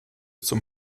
zum